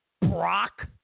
Brock